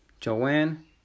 Joanne